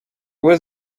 was